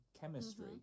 chemistry